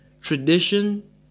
Tradition